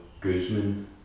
Guzman